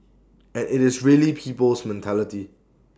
and IT is really people's mentality